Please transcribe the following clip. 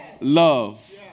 Love